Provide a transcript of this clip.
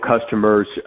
customers